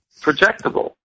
projectable